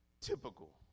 typical